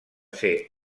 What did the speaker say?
ser